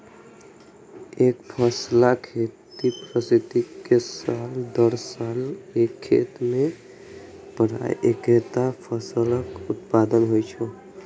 एकफसला खेती पद्धति मे साल दर साल एक खेत मे प्रायः एक्केटा फसलक उत्पादन होइ छै